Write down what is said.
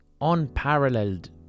unparalleled